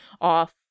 off